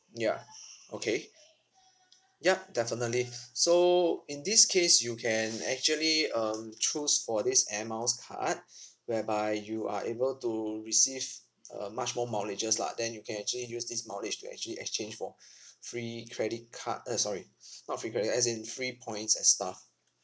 ya okay yup definitely so in this case you can actually um choose for this air miles card whereby you are able to receive uh much more mileages lah then you can actually use this mileage to actually exchange for free credit card uh sorry not free credit card as in free points and stuff